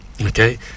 Okay